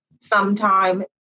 sometime